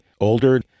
older